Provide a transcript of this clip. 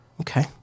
Okay